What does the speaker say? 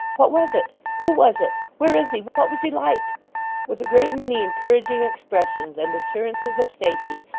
what was it? who was it? where is he? what was he like with a great many encouraging expressions and assurances of safety,